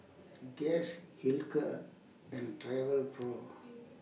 Guess Hilker and Travelpro